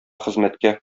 хезмәткә